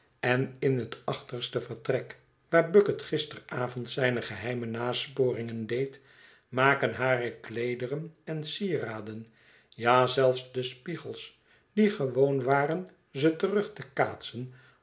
en in het achterste vertrek waar bucket gisteravond zijne geheime nasporingen deed maken hare kleederen en sieraden ja zelfs de spiegels die gewoon waren ze terug te kaatsen